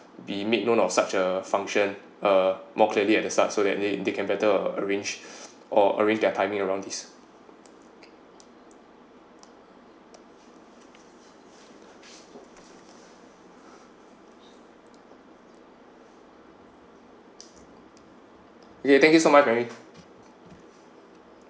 be made known of such a function or more clearly at the start so that they can better arrange or arrange their timing around this thank you so much mary